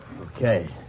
Okay